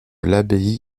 l’abbaye